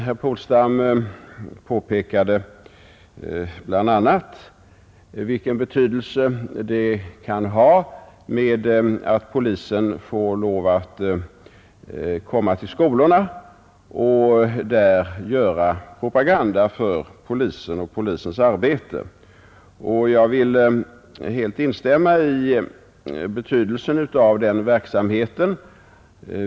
Herr Polstam påpekade bl.a. vilken betydelse det kan ha att polisen får lov att komma till skolorna och där göra propaganda för polisen och polisens arbete. Jag vill helt instämma i uttalandet om betydelsen av den verksamheten.